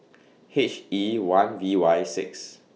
H E one V Y six